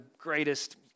greatest